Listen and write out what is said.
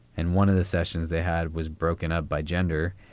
and one of the sessions they had was broken up by gender.